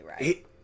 right